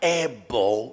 able